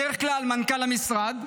בדרך כלל מנכ"ל המשרד,